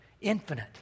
infinite